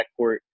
backcourt